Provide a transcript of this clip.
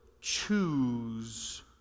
choose